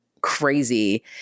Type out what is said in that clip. crazy